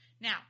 Now